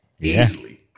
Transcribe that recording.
easily